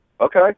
Okay